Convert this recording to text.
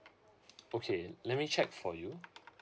okay let me check for you